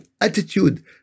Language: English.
attitude